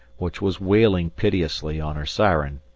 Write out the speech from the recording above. which was wailing piteously, on her syren.